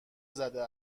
زده